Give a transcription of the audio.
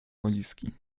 walizki